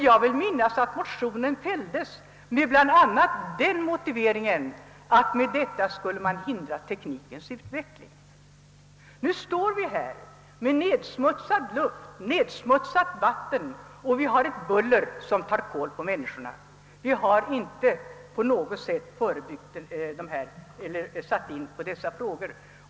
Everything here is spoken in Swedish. Jag vill minnas att motionen fälldes bl.a. med den motiveringen, att teknikens utveckling därigenom skulle förhindras. Nu står vi här med förorenad luft, nedsmutsade vatten och ett buller som tar kål på människorna. Vi har inte gjort några insatser när det gäller dessa frågor.